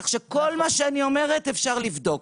כך שכל מה שאני אומרת אפשר לבדוק,